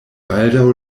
baldaŭ